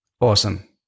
Awesome